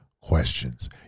questions